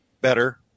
better